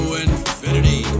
infinity